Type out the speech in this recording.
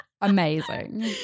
amazing